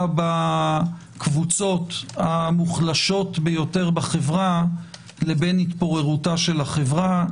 בקבוצות המוחלשות ביותר בחברה לבין התפוררותה של החברה.